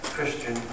Christian